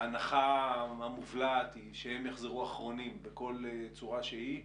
ההנחה המובלעת היא שהם יחזרו אחרונים בכל צורה שהיא,